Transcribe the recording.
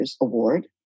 Award